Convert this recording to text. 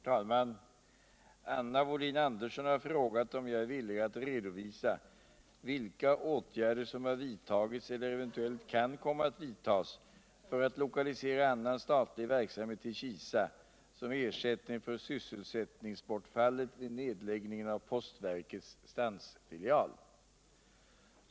472, och anförde: Herr talman! Anna Wohlin-Andersson har frågat om jag är villig att redovisa vilka åtgärder som har vidtagits eller eventuellt kan komma att vidias för att lokalisera annan statlig verksamhet ull Kisa som ersättning för sysselsättningsbortfallet vid nedläggningen av postverkets stansfilial.